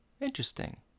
Interesting